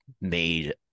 made